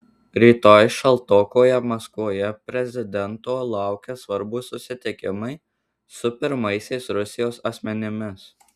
rytoj šaltokoje maskvoje prezidento laukia svarbūs susitikimai su pirmaisiais rusijos asmenimis